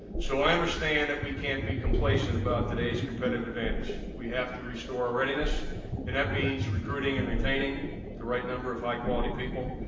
so, i understand that we can't be complacent about today's competitive advantage. we have to restore readiness and that means recruiting and retaining the right number of high-quality people,